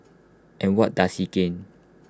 and what does he gain